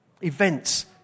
events